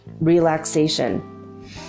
relaxation